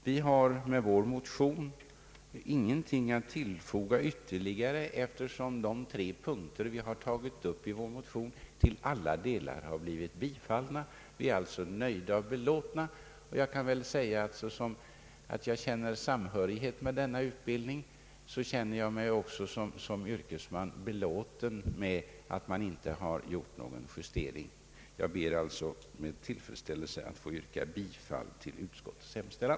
Vi har med vår motion inte något ytterligare att tillägga eftersom de tre punkter vi där har tagit upp till alla delar bifallits. Vi är alltså nöjda och belåtna. Jag kan väl säga att på samma sätt som jag känner samhörighet med denna utbildning känner jag mig som yrkesman belåten med att någon justering inte har vidtagits. Jag ber alltså att med tillfredsställelse få yrka bifall till utskottets hemställan.